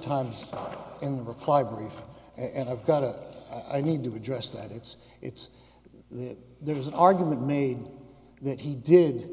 times in the reply brief and i've got it i need to address that it's it's the there's an argument made that he did